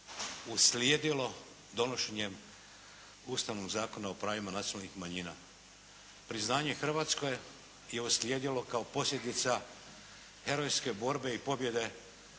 uslijedilo donošenjem Ustavnog zakona o pravima nacionalnih manjina. Priznanje Hrvatske je uslijedilo kao posljedica europske borbe i pobjede